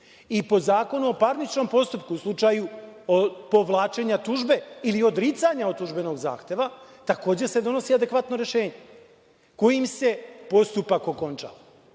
I po Zakonu o parničnom postupku u slučaju povlačenja tužbe ili odricanja od tužbenog zahteva takođe se donosi adekvatno rešenje, kojim se postupak okonča